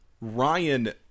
Ryan